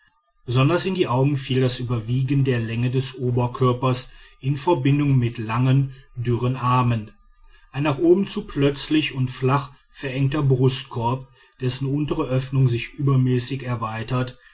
besonders in die augen fiel das überwiegen der länge des oberkörpers in verbindung mit langen dürren armen ein nach oben zu plötzlich und flach verengter brustkorb dessen untere öffnung sich übermäßig erweitert